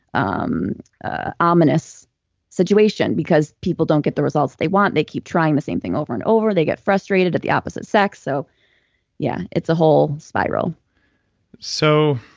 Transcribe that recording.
um ah ominous situation because people don't get the results they want they keep trying the same thing over and over. they get frustrated at the opposite sex so yeah it's a whole spiral so